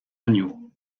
agneaux